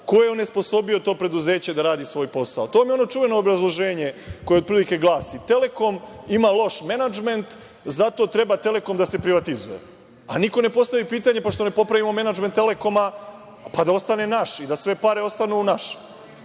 ko je onesposobio to preduzeće da radi svoj posao? Tome ono čuveno obrazloženje koje otprilike glasi – Telekom ima loš menadžment zato treba Telekom da se privatizuje, a niko ne postavlja pitanje – zašto ne popravimo menadžment Telekoma, pa da ostane naš, pa da sve pare ostanu naše?